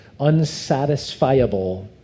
Unsatisfiable